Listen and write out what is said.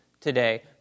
today